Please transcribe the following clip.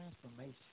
transformation